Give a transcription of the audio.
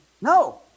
No